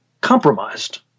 compromised